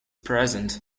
present